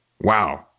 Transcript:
Wow